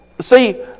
See